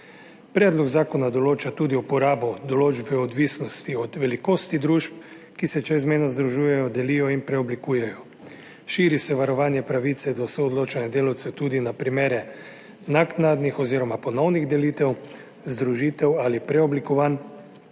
Predlog zakona določa tudi uporabo določb v odvisnosti od velikosti družb, ki se čezmejno združujejo, delijo in preoblikujejo. Širi se varovanje pravice do soodločanja delavcev tudi na primere naknadnih oziroma ponovnih delitev, združitev ali preoblikovanj